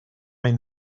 ein